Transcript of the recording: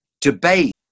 debate